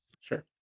Sure